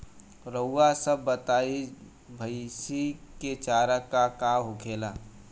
रउआ सभ बताई भईस क चारा का का होखेला?